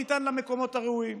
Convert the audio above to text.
הוא לא ניתן למקומות הראויים.